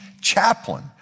chaplain